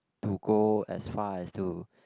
to go as far as to